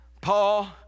Paul